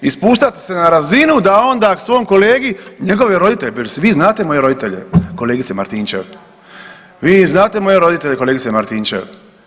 I spuštati se na razinu da onda svom kolegi, njegovi roditelje, pa je li vi znate moje roditelje, kolegice Martinčev? ... [[Upadica se ne čuje.]] Vi znate moje roditelje, kolegice Martinčev?